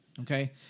okay